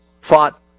fought